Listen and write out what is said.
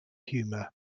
humour